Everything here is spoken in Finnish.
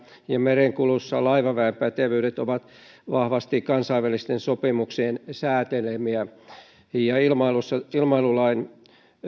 ja merenkulussa laivapätevyydet ovat vahvasti kansainvälisten sopimusten säätelemiä ilmailulaissa